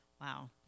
wow